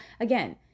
again